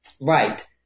Right